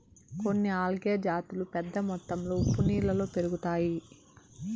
కొన్ని ఆల్గే జాతులు పెద్ద మొత్తంలో ఉప్పు నీళ్ళలో పెరుగుతాయి